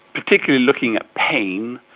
particularly looking at pain,